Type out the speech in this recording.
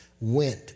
went